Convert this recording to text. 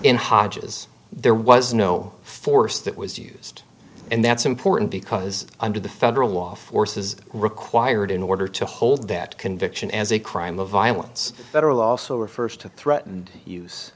in hodges there was no force that was used and that's important because under the federal law force is required in order to hold that conviction as a crime of violence federal also refers to threatened use